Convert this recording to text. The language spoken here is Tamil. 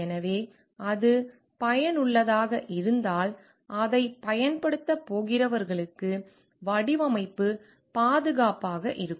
எனவே அது பயனுள்ளதாக இருந்தால் அதைப் பயன்படுத்தப் போகிறவர்களுக்கு வடிவமைப்பு பாதுகாப்பாக இருக்கும்